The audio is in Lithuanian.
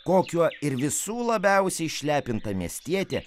kokio ir visų labiausiai išlepinta miestietė